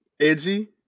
edgy